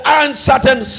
uncertain